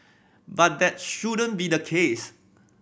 but that shouldn't be the case